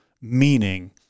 Meaning